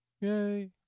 Yay